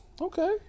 Okay